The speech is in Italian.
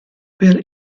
per